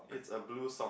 is a blue song